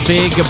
Big